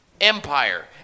Empire